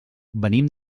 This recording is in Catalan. venim